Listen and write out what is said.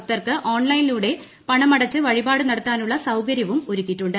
ഭക്തർക്ക് ഓൺലൈനീല്യൂടെ പണമടച്ച് വഴിപാട് നടത്താനുള്ള സൌകര്യമൊരുക്കിയിട്ടുണ്ട്